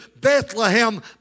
Bethlehem